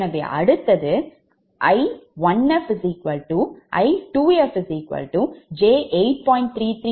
எனவே அடுத்தது I1fI2fj8